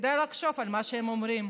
כדאי לחשוב על מה שהם אומרים.